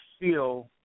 feel